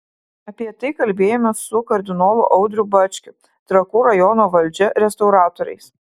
apie tai kalbėjomės su kardinolu audriu bačkiu trakų rajono valdžia restauratoriais